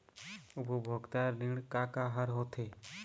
उपभोक्ता ऋण का का हर होथे?